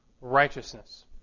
righteousness